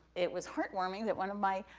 it was heart-warming, that one of my,